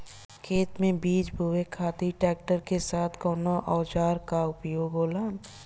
खेत में बीज बोए खातिर ट्रैक्टर के साथ कउना औजार क उपयोग होला?